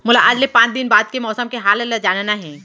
मोला आज ले पाँच दिन बाद के मौसम के हाल ल जानना हे?